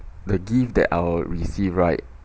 the gift that I will receive right